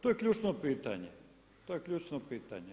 To je ključno pitanje, to je ključno pitanje.